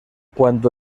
cuando